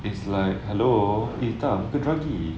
it's like hello eh tak muka druggie